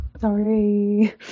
Sorry